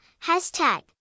hashtag